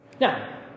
now